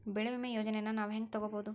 ಬೆಳಿ ವಿಮೆ ಯೋಜನೆನ ನಾವ್ ಹೆಂಗ್ ತೊಗೊಬೋದ್?